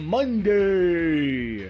Monday